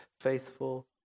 faithful